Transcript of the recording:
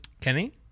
kenny